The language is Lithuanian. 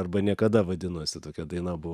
arba niekada vadinosi tokia daina buvo